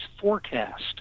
forecast